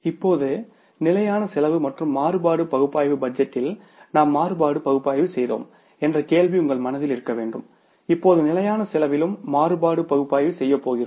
இப்போது நிலையான செலவு மற்றும் மாறுபாடு பகுப்பாய்வு பட்ஜெட்டில் நாம் மாறுபாடு பகுப்பாய்வு செய்தோம் என்ற கேள்வி உங்கள் மனதில் இருக்க வேண்டும் இப்போது நிலையான செலவிலும் மாறுபாடு பகுப்பாய்வு செய்யப் போகிறோம்